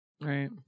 Right